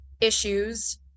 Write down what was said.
issues